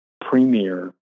premier